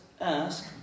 ask